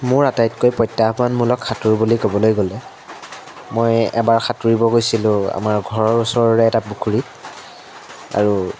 মোৰ আটাইতকৈ প্ৰত্যাহ্বানমূলক সাঁতোৰ বুলি ক'বলৈ গ'লে মই এবাৰ সাঁতুৰিব গৈছিলোঁ আমাৰ ঘৰৰ ওচৰৰে এটা পুখুৰীত আৰু